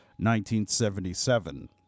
1977